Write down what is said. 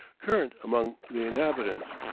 current among the inhabitants.